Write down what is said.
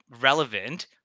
relevant